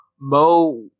Mo